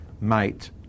mate